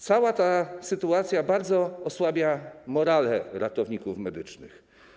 Cała ta sytuacja bardzo osłabia morale ratowników medycznych.